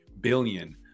billion